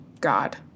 God